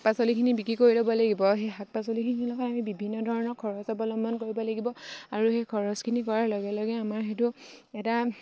শাক পাচলিখিনি বিক্ৰী কৰি ল'ব লাগিব সেই শাক পাচলিখিনিৰ লগত আমি বিভিন্ন ধৰণৰ খৰচ অৱলম্বন কৰিব লাগিব আৰু সেই খৰচখিনি কৰাৰ লগে লগে আমাৰ সেইটো এটা